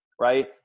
right